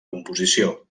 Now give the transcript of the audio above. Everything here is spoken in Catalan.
composició